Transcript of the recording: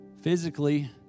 physically